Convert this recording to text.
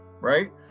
Right